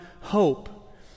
hope